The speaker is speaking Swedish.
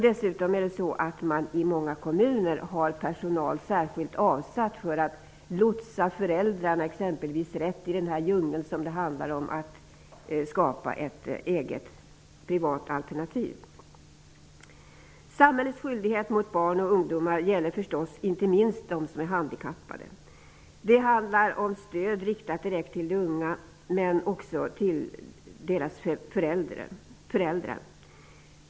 Dessutom har många kommuner avsatt särskild personal för att lotsa föräldrarna rätt i den djungel det handlar om när man vill skapa ett eget privat alternativ. Samhällets skyldigheter mot barn och ungdomar gäller förstås inte minst de handikappade. Det handlar om ett stöd riktat direkt till de unga men också till deras föräldrar.